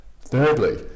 Thirdly